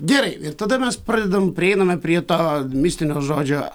gerai ir tada mes pradedam prieiname prie to mistinio žodžio